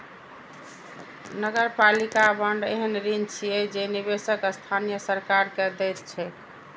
नगरपालिका बांड एहन ऋण छियै जे निवेशक स्थानीय सरकार कें दैत छैक